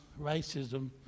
racism